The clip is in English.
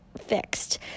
fixed